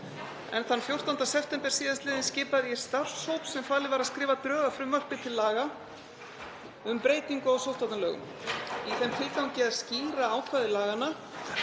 Þann 14. september sl. skipaði ég starfshóp sem falið var að skrifa drög að frumvarpi til laga um breytingu á sóttvarnalögum í þeim tilgangi að skýra ákvæði laganna